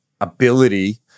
ability